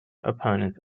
opponent